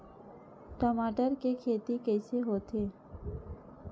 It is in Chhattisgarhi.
टमाटर के खेती कइसे होथे?